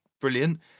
brilliant